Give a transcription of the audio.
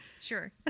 Sure